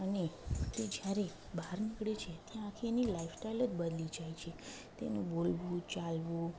અને કે જ્યારે બહાર નીકળે છે ત્યાંથી એની લાઇફ સ્ટાઇલ જ બદલાઈ જાય છે તેનું બોલવું ચાલવું